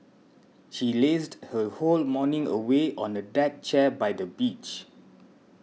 she lazed her whole morning away on a deck chair by the beach